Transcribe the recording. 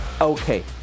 okay